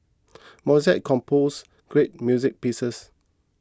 Mozart composed great music pieces